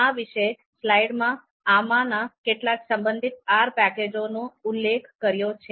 મેં આ વિશેષ સ્લાઇડમાં આમાંના કેટલાક સંબંધિત R પેકેજોનો ઉલ્લેખ કર્યો છે